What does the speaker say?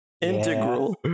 Integral